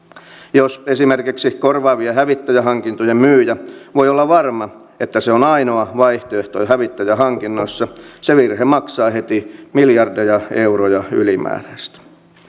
jos esimerkiksi korvaavien hävittäjähankintojen myyjä voi olla varma että se on ainoa vaihtoehto hävittäjähankinnoissa se virhe maksaa heti miljardeja euroja ylimääräistä